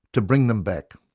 to bring them back.